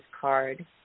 card